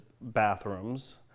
bathrooms